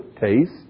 taste